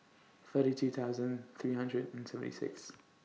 thirty two thousand three hundred and seventy six